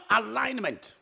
alignment